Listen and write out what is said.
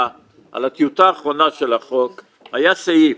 על הטיוטה האחרונה של החוק היה סעיף